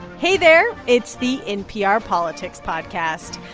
hey, there. it's the npr politics podcast.